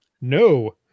No